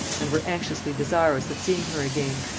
and were anxiously desirous of seeing her again.